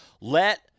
Let